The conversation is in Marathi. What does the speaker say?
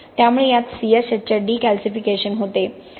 त्यामुळे यात C S H चे डिकॅल्सिफिकेशन होते